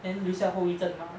then 留下后遗症 mah